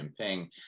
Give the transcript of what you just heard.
Jinping